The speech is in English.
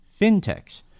fintechs